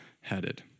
headed